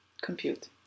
compute